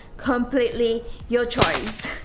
completely your choice.